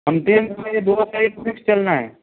हम तीन सवारी को दो तारीख को फिक्स चलना है